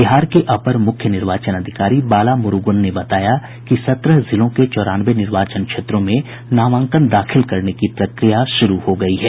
बिहार के अपर मुख्य चुनाव अधिकारी बाला मुरूगन ने बताया कि सत्रह जिलों के चौरानवे निर्वाचन क्षेत्रों में नामांकन दाखिल करने की प्रक्रिया शुरू हो गयी है